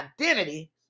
identity